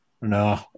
No